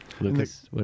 Lucas